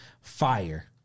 fire